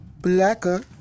Blacker